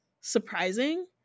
surprising